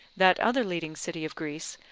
that other leading city of greece,